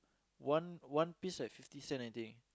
one one piece like fifty cent I think